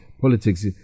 politics